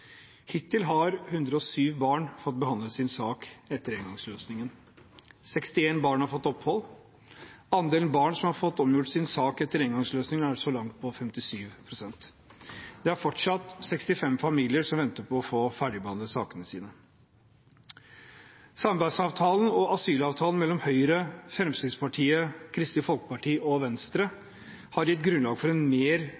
Hittil har 107 barn fått behandlet sin sak etter engangsløsningen. 61 barn har fått opphold. Andelen barn som har fått omgjort sin sak etter engangsløsningen, er så langt på 57 pst. Det er fortsatt 65 familier som venter på å få ferdigbehandlet sakene sine. Samarbeidsavtalen og asylavtalen mellom Høyre, Fremskrittspartiet, Kristelig Folkeparti og Venstre har gitt grunnlag for en mer